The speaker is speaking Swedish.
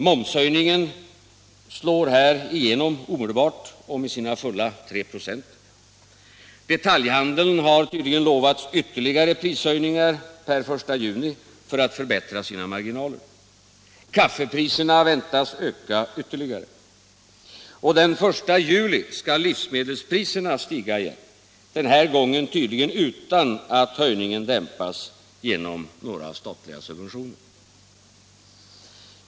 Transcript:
Momshöjningen slår igenom omedelbart och med sina fulla 3 96, detaljhandeln har tidigare lovats ytterligare prishöjningar per den 1 juni för att förbättra sina marginaler, kaffepriserna väntas öka ytterligare, och den 1 juli skall livsmedelspriserna stiga igen, den gången tydligen utan att höjningen dämpas med några statliga subventioner.